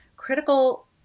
critical